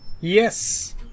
Yes